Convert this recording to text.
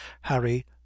Harry